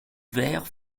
vert